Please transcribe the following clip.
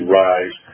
rise